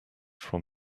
from